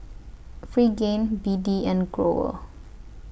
Pregain B D and Growell